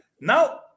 Now